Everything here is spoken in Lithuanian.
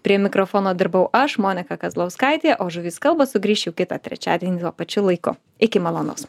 prie mikrofono dirbau aš monika kazlauskaitė o žuvys kalba sugrįš jau kitą trečiadienį tuo pačiu laiku iki malonaus